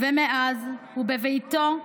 ומאז הוא בביתו,